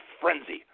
frenzy